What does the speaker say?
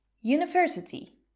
University